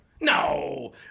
No